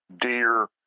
deer